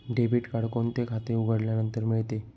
Debit card कोणते खाते उघडल्यानंतर मिळते?